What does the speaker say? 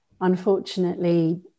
unfortunately